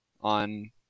on